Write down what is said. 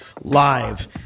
live